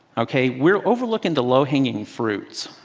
ok. we're overlooking the low hanging fruits.